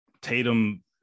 Tatum